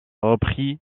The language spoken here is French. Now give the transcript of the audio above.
reprit